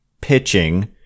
pitching